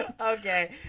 Okay